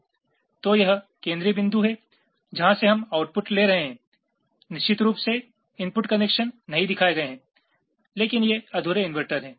तो यह केंद्रीय बिंदु है जहां से हम आउटपुट ले रहे हैं निश्चित रूप से इनपुट कनेक्शन नहीं दिखाए गए हैं लेकिन ये अधूरे इन्वर्टर हैं